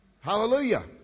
Hallelujah